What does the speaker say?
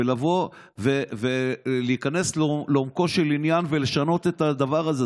ולבוא ולהיכנס לעומקו של עניין ולשנות את הדבר הזה.